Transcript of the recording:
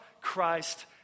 Christ